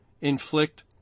inflict